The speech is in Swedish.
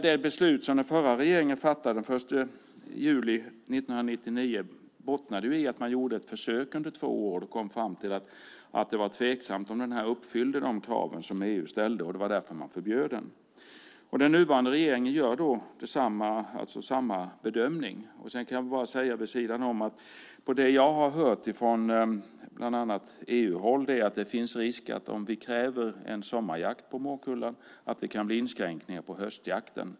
Det beslut som den förra regeringen fattade den 1 juli 1999 bottnade i att man gjorde ett försök under två år och kom fram till att det var tveksamt om den här jakten uppfyllde de krav som EU ställde. Det var därför man förbjöd den. Den nuvarande regeringen gör samma bedömning. Jag kan vid sidan om säga att enligt det jag har hört från bland annat EU-håll finns det risk för att det blir inskränkningar på höstjakten om vi kräver sommarjakt på morkullan.